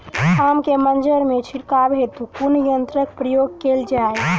आम केँ मंजर मे छिड़काव हेतु कुन यंत्रक प्रयोग कैल जाय?